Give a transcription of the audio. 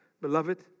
beloved